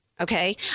Okay